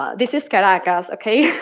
ah this is caracas ok?